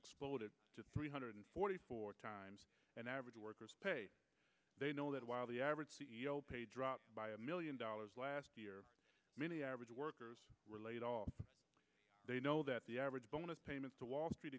exploded to three hundred forty four times an average worker's pay they know that while the average c e o pay dropped by a million dollars last year many average workers were laid all they know that the average bonus payments to wall street